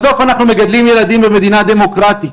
בסוף אנחנו מגדלים ילדים במדינה דמוקרטית.